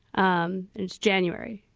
um it's january.